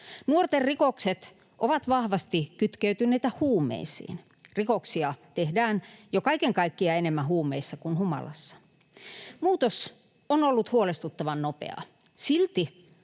Nuorten rikokset ovat vahvasti kytkeytyneitä huumeisiin. Rikoksia tehdään jo kaiken kaikkiaan enemmän huumeissa kuin humalassa. Muutos on ollut huolestuttavan nopea.